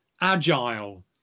agile